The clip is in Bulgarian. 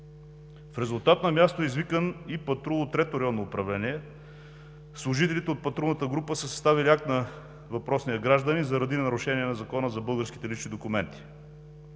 В резултат на място е извикан и патрул от 3-то Районно управление – София. Служителите от патрулната група са съставили акт на въпросния гражданин заради нарушение на Закона за българските лични документи.